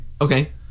Okay